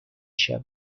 شود